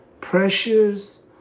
pressures